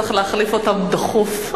צריך להחליף אותם דחוף.